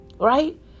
Right